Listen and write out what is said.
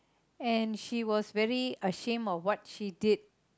and she was very ashamed of what she did